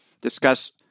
discuss